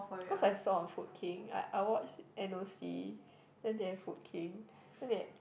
cause I saw on Food King I I watched n_o_c then they have Food King then they